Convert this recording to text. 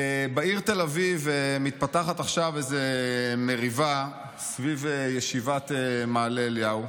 בעיר תל אביב מתפתחת עכשיו איזו מריבה סביב ישיבת מעלה אליהו,